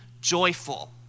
joyful